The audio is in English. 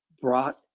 brought